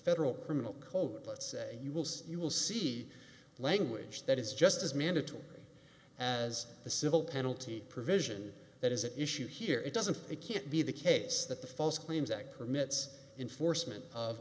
federal criminal code let's say you will see you will see language that is just as mandatory as the civil penalty provision that is at issue here it doesn't it can't be the case that the false claims act permits enforcement of